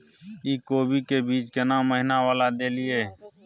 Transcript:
इ कोबी के बीज केना महीना वाला देलियैई?